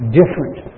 different